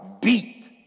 beat